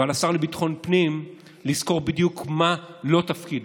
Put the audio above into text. ועל השר לביטחון פנים לזכור בדיוק מה לא תפקידו.